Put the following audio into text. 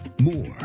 More